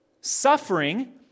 Suffering